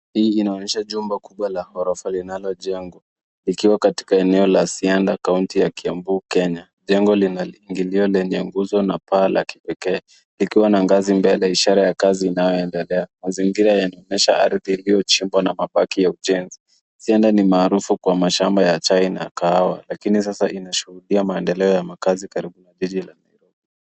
Hii inaonyesha jumba kubwa la ghorofa linalojengwa, likiwa katika eneo la Cianda county ya Kiambu Kenya. Jengo lina ingilio lenye nguzo na paa la kipekee, likiwa na ngazi mbele ishara ya kazi inayoendelea. Mazingira yanaonyesha ardhi iliyochimbwa na mabaki ya ujenzi. Cianda ni maharufu kwa mashamba ya chai na kahawa, lakini sasa inashuhudia maendeleo ya makaazi karibu na jiji la.